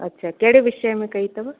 अच्छा कहिड़े विषय में कई अथव